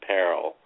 Peril